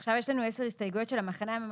עכשיו יש לנו עשר הסתייגויות של המחנה הממלכתי,